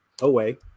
away